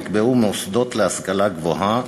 נקבעו מוסדות להשכלה גבוהה